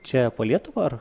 čia po lietuvą ar